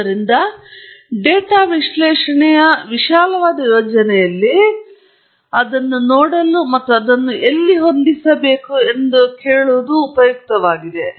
ಆದ್ದರಿಂದ ಡೇಟಾ ವಿಶ್ಲೇಷಣೆಯ ವಿಶಾಲವಾದ ಯೋಜನೆಯಲ್ಲಿ ಡೇಟಾ ವಿಶ್ಲೇಷಣೆಯನ್ನು ನೋಡಲು ಮತ್ತು ಅದನ್ನು ಎಲ್ಲಿ ಹೊಂದಿಕೊಳ್ಳಬೇಕು ಎಂದು ಕೇಳಲು ಇದು ಉಪಯುಕ್ತವಾಗಿದೆ